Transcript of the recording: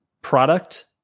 Product